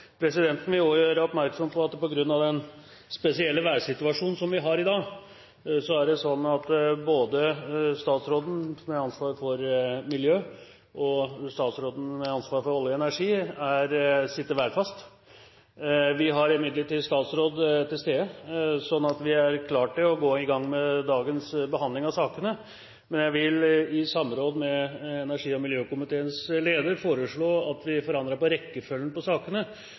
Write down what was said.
Presidenten vil også gjøre oppmerksom på at på grunn av den spesielle værsituasjonen vi har i dag, sitter både statsråden med ansvar for miljø og statsråden med ansvar for olje og energi værfast. Vi har imidlertid statsråd til stede, slik at vi er klare til å gå i gang med dagens behandling av sakene. Jeg vil imidlertid i samråd med energi- og miljøkomiteens leder foreslå at vi forandrer på rekkefølgen på sakene,